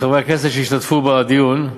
ולחברי הכנסת שהשתתפו בדיון,